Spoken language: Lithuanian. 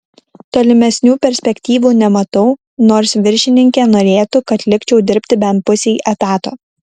tolimesnių perspektyvų nematau nors viršininkė norėtų kad likčiau dirbti bent pusei etato